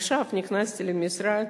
עכשיו נכנסתי למשרד,